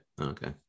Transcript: Okay